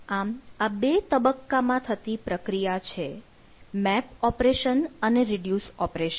આમ આ બે તબક્કામાં થતી પ્રક્રિયા છે મેપ ઓપરેશન અને રીડ્યુસ ઓપરેશન